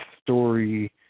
story